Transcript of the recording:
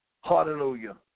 Hallelujah